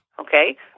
okay